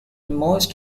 most